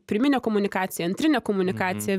pirminė komunikacija antrinė komunikacija